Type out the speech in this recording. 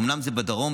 אומנם זה בדרום,